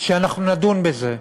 אנחנו נדון בזה.